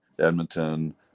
Edmonton